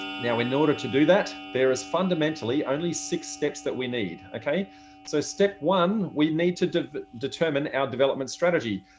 now in order to do that there is fundamentally only six steps that we need. so step one, we need to to determine our development strategy.